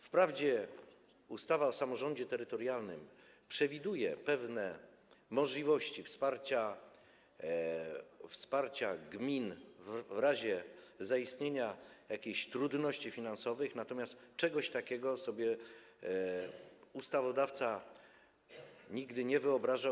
Wprawdzie ustawa o samorządzie terytorialnym przewiduje pewne możliwości wsparcia gmin w razie zaistnienia jakichś trudności finansowych, natomiast czegoś takiego sobie ustawodawca nigdy nie wyobrażał.